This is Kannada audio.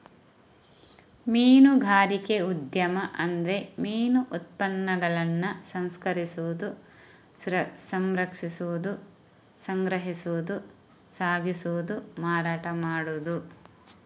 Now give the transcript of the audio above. ಮೀನುಗಾರಿಕೆ ಉದ್ಯಮ ಅಂದ್ರೆ ಮೀನು ಉತ್ಪನ್ನಗಳನ್ನ ಸಂಸ್ಕರಿಸುದು, ಸಂರಕ್ಷಿಸುದು, ಸಂಗ್ರಹಿಸುದು, ಸಾಗಿಸುದು, ಮಾರಾಟ ಮಾಡುದು